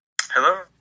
Hello